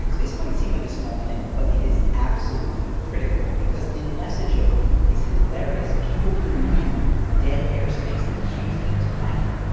this might seem like a small thing but it is absolutely critical because unless a joke is hilarious, people will need dead air space that ques them to laugh.